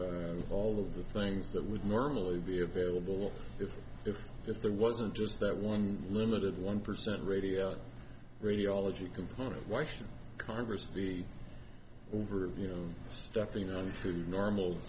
out all of the things that would normally be available if if if there wasn't just that one limited one percent radio radiology component why should congress be over you know stuffing on to normal